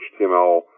HTML